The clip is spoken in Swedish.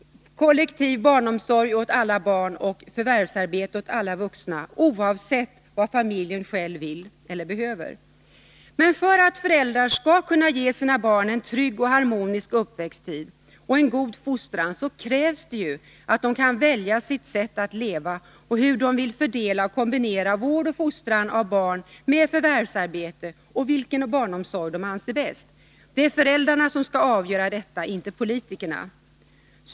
Kollektiv barnomsorg för alla barn och förvärvsarbete åt alla vuxna — oavsett vad man inom familjen själv vill eller behöver. Men för att föräldrar skall kunna ge sina barn en trygg och harmonisk uppväxttid samt en god fostran krävs det att de själva kan välja hur de vill leva, hur de vill fördela och kombinera vård och fostran av barn med förvärvsarbete. De måste själva få avgöra vilken barnomsorg som är bäst. Det är alltså föräldrarna som skall avgöra detta, inte politikerna.